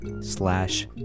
slash